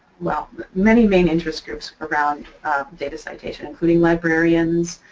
well many main interest groups around data citation including librarians,